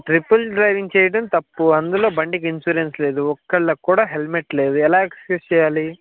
triple driving చేయడం తప్పు అందులో బండికి ఇన్స్యూరెన్స్ లేదు ఒక్కరిక్కూడా హెల్మెట్ లేదు ఎలా ఎక్స్క్యూజ్ చెయ్యాలి